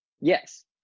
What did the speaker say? Yes